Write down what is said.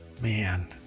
Man